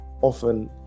often